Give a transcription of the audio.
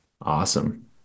awesome